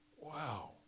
Wow